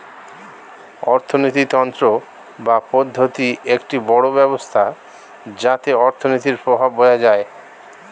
অর্থিনীতি তন্ত্র বা পদ্ধতি একটি বড় ব্যবস্থা যাতে অর্থনীতির প্রভাব বোঝা যায়